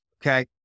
Okay